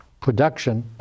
production